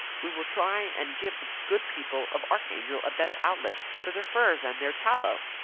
we will try and give the good people of archangel a better outlet for their furs and their tallow.